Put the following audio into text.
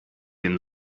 dem